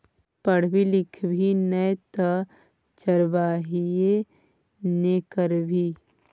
पढ़बी लिखभी नै तँ चरवाहिये ने करभी